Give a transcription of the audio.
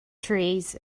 trees